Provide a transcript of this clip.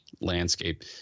landscape